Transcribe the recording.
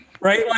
right